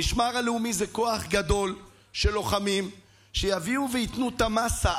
המשמר הלאומי זה כוח גדול של לוחמים שיביאו וייתנו את המאסה,